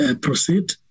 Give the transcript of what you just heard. Proceed